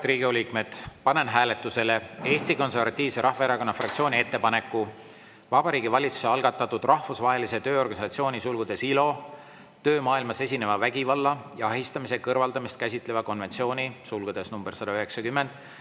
Auväärt Riigikogu liikmed, panen hääletusele Eesti Konservatiivse Rahvaerakonna fraktsiooni ettepaneku Vabariigi Valitsuse algatatud Rahvusvahelise Tööorganisatsiooni (ILO) töömaailmas esineva vägivalla ja ahistamise kõrvaldamist käsitleva konventsiooni (nr 190)